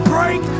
Break